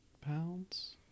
pounds